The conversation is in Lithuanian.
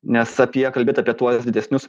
nes apie kalbėt apie tuos didesnius